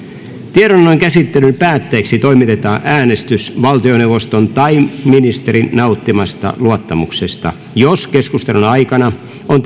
tiedonannon käsittelyn päätteeksi toimitetaan äänestys valtioneuvoston tai ministerin nauttimasta luottamuksesta jos keskustelun aikana on